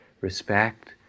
respect